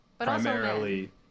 primarily